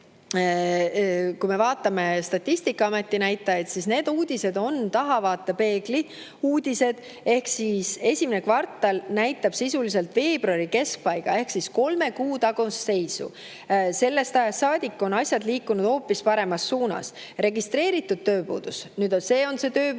Kui me vaatame Statistikaameti näitajaid, siis need uudised on tahavaatepeegli uudised. Esimene kvartal näitab sisuliselt veebruari keskpaiga ehk siis kolme kuu tagust seisu. Sellest ajast saadik on asjad liikunud hoopis paremas suunas. Registreeritud tööpuudus – see on see tööpuudus,